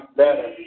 better